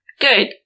Good